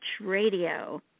Radio